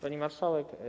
Pani Marszałek!